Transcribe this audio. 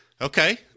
Okay